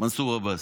מנסור עבאס.